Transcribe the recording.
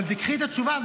תיקחי את התשובה,